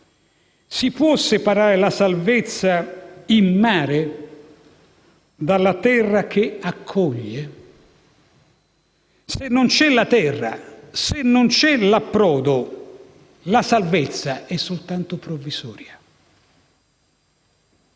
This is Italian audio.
si può separare la salvezza in mare dalla terra che accoglie. Se non ci sono la terra e l'approdo, la salvezza è soltanto provvisoria.